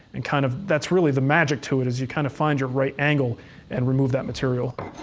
and kind of that's really the magic to it, is you kind of find your right angle and remove that material.